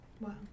Wow